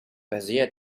bezier